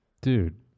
Dude